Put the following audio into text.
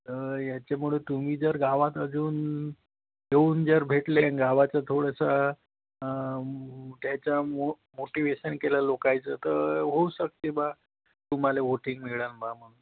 तर याच्यामुळे तुम्ही जर गावात अजून येऊन जर भेटले आणि गावाचं थोडंसं त्याच्या मो मोटिवेशन केलं लोकांचं तर होऊ शकते बा तुम्हाले व्होटिंग मिळेल बा म्हणून